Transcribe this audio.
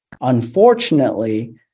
Unfortunately